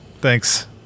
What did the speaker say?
Thanks